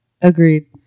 Agreed